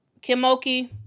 Kimoki